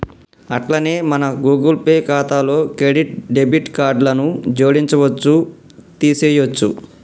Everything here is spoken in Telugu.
అట్లనే మన గూగుల్ పే ఖాతాలో క్రెడిట్ డెబిట్ కార్డులను జోడించవచ్చు తీసేయొచ్చు